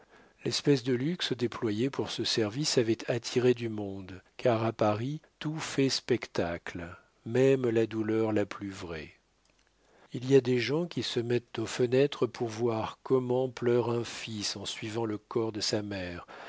l'espèce de luxe déployé pour ce service avait attiré du monde car à paris tout fait spectacle même la douleur la plus vraie il y a des gens qui se mettent aux fenêtres pour voir comment pleure un fils en suivant le corps de sa mère